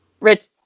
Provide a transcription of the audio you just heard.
Rich